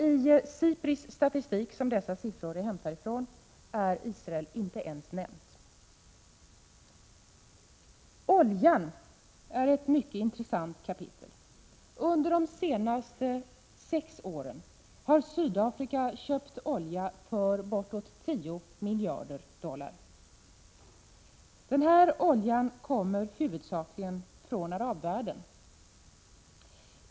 I 101 SIPRI:s statistik, som dessa siffror är hämtade från, är Israel inte ens nämnt. Oljan är ett mycket intressant kapitel. Under de senaste sex åren har Sydafrika köpt olja för bortåt 10 miljarder dollar. Denna olja kommer huvudsakligen från arabvärlden.